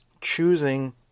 choosing